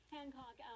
Hancock